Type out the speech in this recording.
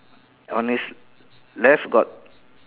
on his left got